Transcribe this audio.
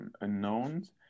unknowns